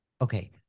Okay